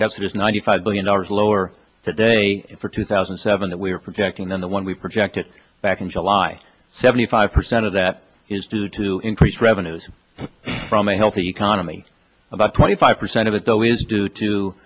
adapters ninety five billion dollars lower today for two thousand and seven that we're projecting than the one we projected back in july seventy five percent of that is due to increased revenues from a healthy economy about twenty five percent of it though is due to